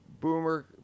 Boomer